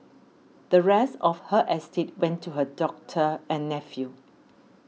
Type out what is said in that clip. the rest of her estate went to her doctor and nephew